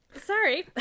Sorry